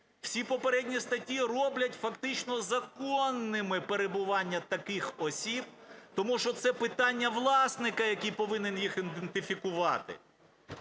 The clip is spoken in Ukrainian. Всі попередні статті роблять фактично законними перебування таких осіб, тому що це питання власника, який повинен їх ідентифікувати.